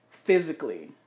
Physically